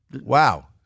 Wow